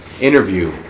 interview